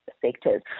sectors